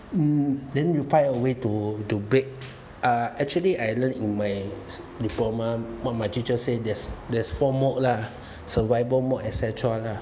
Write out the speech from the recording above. then you find a way to to break uh actually I learn in my diploma what my teacher said there's there's four mode lah survival mode et cetera lah